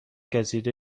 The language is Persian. گزیده